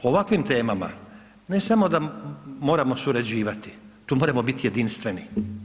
O ovakvim temama ne samo da moramo surađivati, tu moramo biti jedinstveni.